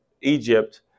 Egypt